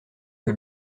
que